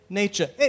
nature